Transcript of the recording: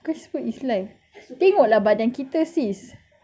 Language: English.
because food is life tengok lah badan kita sis